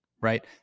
right